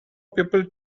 people